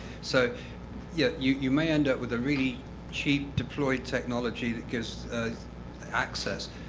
so yeah you you may end up with a really cheap deployed technology that gives access,